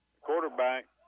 quarterback